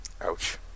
Ouch